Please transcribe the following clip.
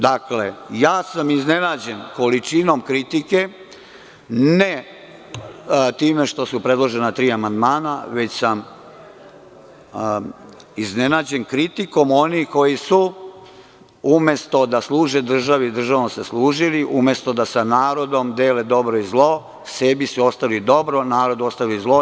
Dakle, iznenađen sam količinom kritike, ne time što su predložena tri amandmana, već sam iznenađen kritikom onih koji su se, umesto da služe državi, državom služili, umesto da sa narodom dele dobro i zlo, sebi su ostavili dobro, a narodu ostavili zlo.